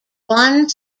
one